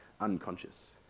Unconscious